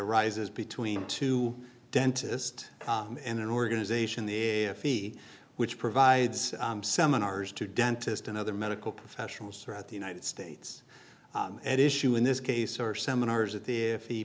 arises between two dentist in an organization the a f e which provides seminars to dentist and other medical professionals throughout the united states at issue in this case or seminars at the